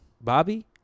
Bobby